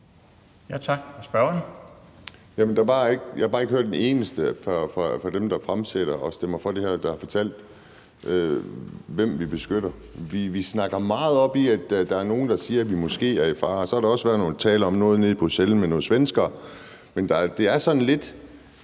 Jamen jeg har bare ikke hørt en eneste af dem, der fremsætter og stemmer for det her, fortælle, hvem vi beskytter. Vi snakker meget om, at der er nogle, der siger, at vi måske er i fare, og så har der også været nogle taler om noget nede i Bruxelles med nogle svenskere. Men det er sådan lidt: